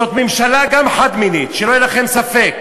זאת גם ממשלה חד-מינית, שלא יהיה לכם ספק,